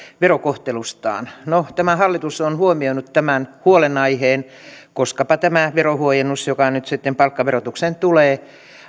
verokohtelustaan no tämä hallitus on huomioinut tämän huolenaiheen koskapa tämä verohuojennus joka nyt sitten palkkaverotukseen tulee